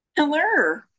Hello